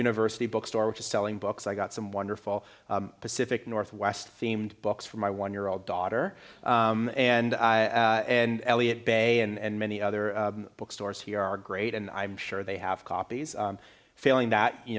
university bookstore which is selling books i got some wonderful pacific northwest themed books for my one year old daughter and i and elliott bay and many other bookstores here are great and i'm sure they have copies or failing that you